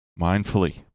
mindfully